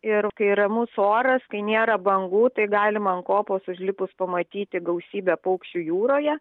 ir kai ramus oras kai nėra bangų tai galima ant kopos užlipus pamatyti gausybę paukščių jūroje